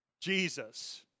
Jesus